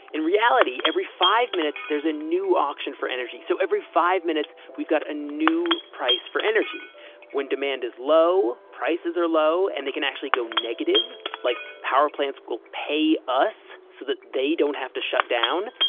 in reality, every five minutes there's a new auction for energy. so every five minutes we've got a new price for energy when demand is low, prices are low and they can actually go negative. like, power plants will pay us so that they don't have to shut down.